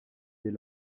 des